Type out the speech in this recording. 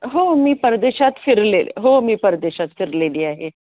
हो मी परदेशात फिरले हो मी परदेशात फिरलेली आहे